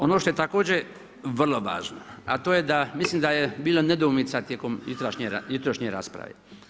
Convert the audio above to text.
Ono što je također vrlo važno a to je da mislim da je bilo nedoumica tijekom jutrošnje rasprave.